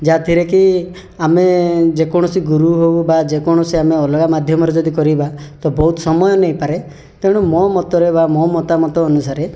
ଯାହାଥିରେକି ଆମେ ଯେକୌଣସି ଗୁରୁ ହେଉ ବା ଯେକୌଣସି ଆମେ ଅଲଗା ମାଧ୍ୟମରେ ଯଦି କରିବା ତ ବହୁତ ସମୟ ନେଇପାରେ ତେଣୁ ମୋ ମତରେ ବା ମୋ ମତାମତ ଅନୁସାରେ